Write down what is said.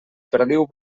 perdiu